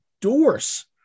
doors